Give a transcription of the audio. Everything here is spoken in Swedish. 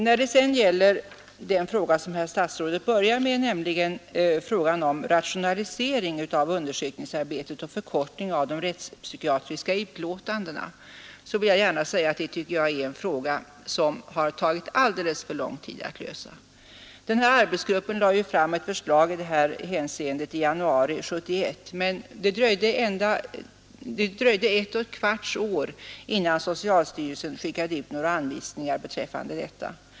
När det sedan gäller den fråga som herr statsrådet började med, nämligen rationalisering av undersökningsarbetet och förkortning av de rättspsykiatriska utlåtandena, vill jag gärna säga att det är en fråga som har tagit alldeles för lång tid att lösa. Arbetsgruppen lade fram ett förslag i detta hänseende i januari 1971, men det dröjde ett och ett kvarts år innan socialstyrelsen skickade ut några anvisningar.